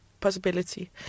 possibility